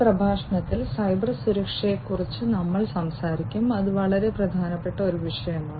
ഈ പ്രഭാഷണത്തിൽ സൈബർ സുരക്ഷയെക്കുറിച്ച് നമ്മൾ സംസാരിക്കും അത് വളരെ പ്രധാനപ്പെട്ട ഒരു വിഷയമാണ്